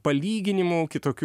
palyginimų kitokių